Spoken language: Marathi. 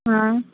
हां